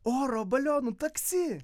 oro balionų taksi